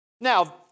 Now